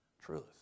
truth